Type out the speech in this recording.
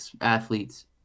athletes